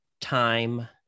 time